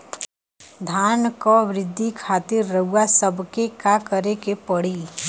धान क वृद्धि खातिर रउआ सबके का करे के पड़ी?